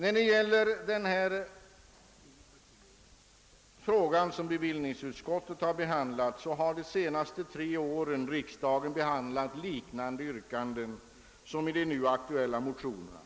Beträffande den fråga som bevillningsutskottet haft att behandla i sitt betänkande nr 41 har riksdagen under de tre senaste åren haft att ta ställning till liknande yrkanden som framförts i de nu aktuella motionerna.